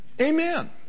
amen